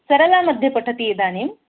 सरला मध्ये पठति इदानीं